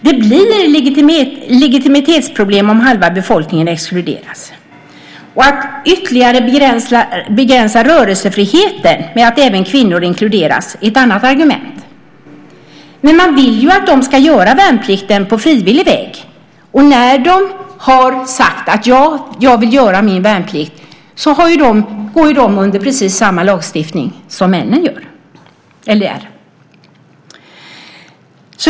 Det blir legitimitetsproblem om halva befolkningen exkluderas. Att man ytterligare begränsar rörelsefriheten om även kvinnor inkluderas är ett annat argument. Man vill ju att de ska göra värnplikt på frivillig väg. När de har sagt att de vill göra värnplikt går de ju under samma lagstiftning som männen.